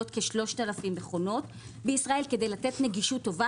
כ-3,000 מכונות בישראל כדי לתת נגישות טובה,